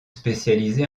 spécialisés